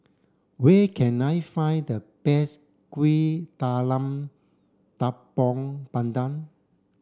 where can I find the best Kuih Talam Tepong Pandan